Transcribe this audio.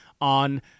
on